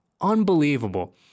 Unbelievable